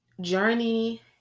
journey